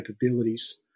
capabilities